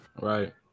Right